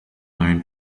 known